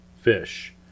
fish